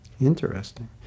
Interesting